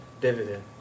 Dividend